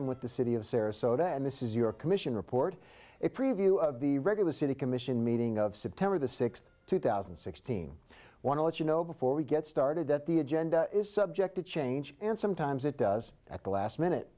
with the city of sarasota and this is your commission report a preview of the regular city commission meeting of september the sixth two thousand and sixteen i want to let you know before we get started that the agenda is subject to change and sometimes it does at the last minute